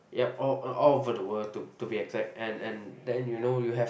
yup all a all over the world to to be exact and and then you know you have